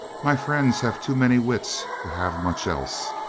my friends have too many wits to have much else.